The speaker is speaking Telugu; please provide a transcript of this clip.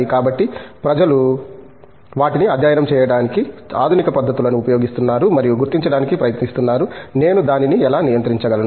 కాబట్టి ప్రజలు వాటిని అధ్యయనం చేయడానికి ఆధునిక పద్ధతులను ఉపయోగిస్తున్నారు మరియు గుర్తించడానికి ప్రయత్నిస్తున్నారు నేను దానిని ఎలా నియంత్రించగలను